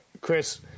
Chris